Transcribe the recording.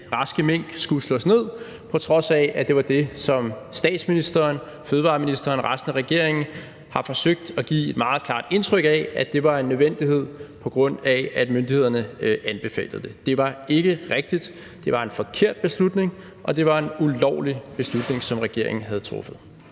raske mink skulle slås ned, på trods af at det var det, som statsministeren, fødevareministeren og resten af regeringen forsøgte at give et meget klart indtryk af – altså at det var en nødvendighed, på grund af at myndighederne anbefalede det. Det var ikke rigtigt, det var en forkert beslutning, og det var en ulovlig beslutning, som regeringen traf.